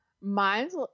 Mine's